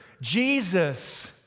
Jesus